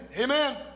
Amen